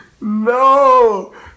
No